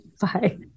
Bye